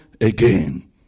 again